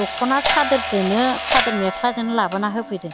दखना सादोरजोंनो सादोर मेख्लाजोंनो लाबोना होफैदों